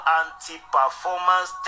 anti-performance